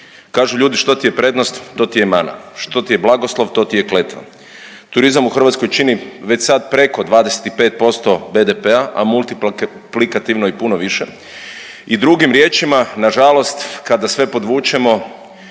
Kažu ljudi što ti je prednost to ti je i mana, što ti je blagoslov to ti je kletva. Turizam u Hrvatskoj čini već sad preko 25% BDP-a, a multiplikativno i puno više i drugim riječima na žalost kada sve podvučemo,